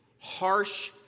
harsh